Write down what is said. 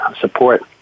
support